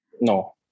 No